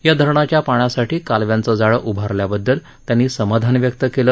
या धरणाच्या पाण्यासाठी कालव्यांचं जाळं उभारल्याबद्दल त्यांनी समाधान व्यक्त केलं